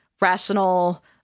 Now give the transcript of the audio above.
rational